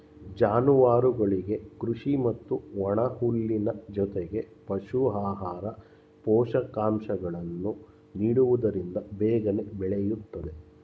ಜಾನುವಾರುಗಳಿಗೆ ಕೃಷಿ ಮತ್ತು ಒಣಹುಲ್ಲಿನ ಜೊತೆಗೆ ಪಶು ಆಹಾರ, ಪೋಷಕಾಂಶಗಳನ್ನು ನೀಡುವುದರಿಂದ ಬೇಗನೆ ಬೆಳೆಯುತ್ತದೆ